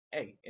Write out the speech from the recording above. Hey